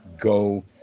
go